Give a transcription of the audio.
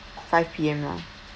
five P_M lah